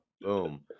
Boom